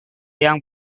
yang